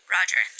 Roger